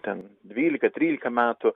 ten dvylika trylika metų